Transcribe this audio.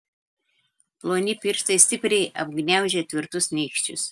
ploni pirštai stipriai apgniaužę tvirtus nykščius